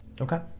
okay